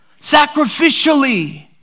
sacrificially